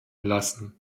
lassen